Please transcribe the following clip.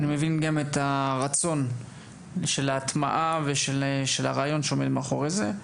אני מבין גם את הרצון של ההטמעה ושל הרעיון שעומד מאחורי זה.